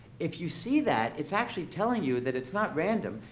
if you see that, it's actually telling you that it's not random,